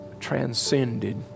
transcended